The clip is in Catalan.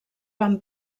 van